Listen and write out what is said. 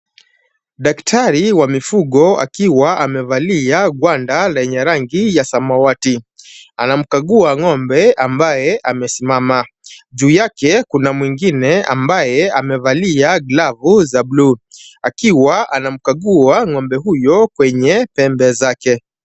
Daktari wa mifugo akiwa amevalia gwanda lenye rangi ya samawati. Anamkagua ng'ombe ambaye amesimama. Juu yake kuna mwingine ambaye amevalia glavu za buluu, akiwa anamkagua ng'ombe huyo kwenye pembe zake.